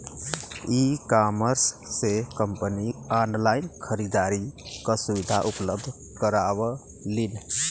ecommerce से company online खरीदारी क सुविधा उपलब्ध करावलीन